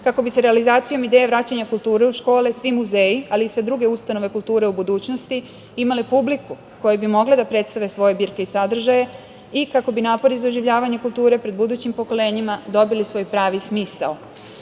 kako bi sa realizacijom ideja vraćanja kulture u škole svi muzeji, ali i sve druge ustanove kulture u budućnosti imale publiku kojoj bi mogle da predstave svoje sadržaje i kako bi napori za oživljavanje kulture pred budućim pokolenjima dobili svoj pravi